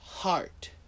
heart